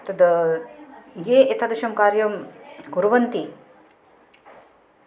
तद् ये एतादृशं कार्यं कुर्वन्ति